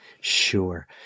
Sure